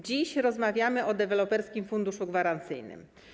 Dziś rozmawiamy o Deweloperskim Funduszu Gwarancyjnym.